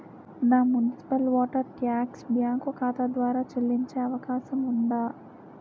నా municipal water tax bank ఖాతా ద్వారా చెల్లించే అవకాశం ఉందా?